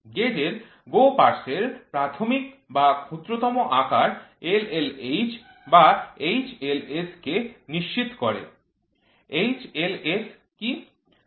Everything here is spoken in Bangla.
গেজের GO পার্শ্বের প্রাথমিক বা ক্ষুদ্রতম আকার LLH বা HLS কে নিশ্চিত করে HLS কি